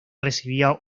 recibía